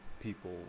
people